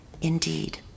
indeed